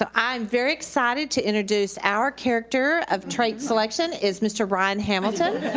ah i'm very excited to introduce our character of trait selection is mr. ryan hamilton.